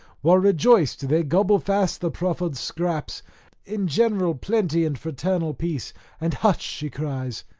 while rejoiced they gobble fast the proffered scraps in general plenty and fraternal peace, and hush, she cries,